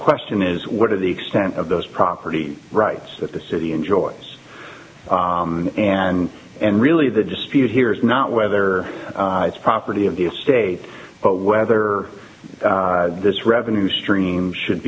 question is what are the extent of those property rights that the city enjoys and and really the dispute here is not whether it's property of the estate but whether this revenue stream should